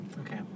Okay